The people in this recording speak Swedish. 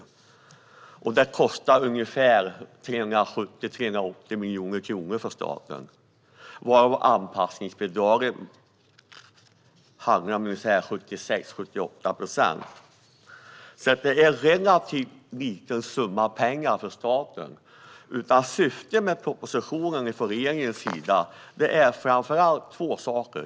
Den kommer att kosta ungefär 370-380 miljoner kronor för staten. Anpassningsbidraget motsvarar 76-78 procent. Det är en relativt liten summa pengar för staten. Syftet med propositionen från regeringens sida är framför allt två saker.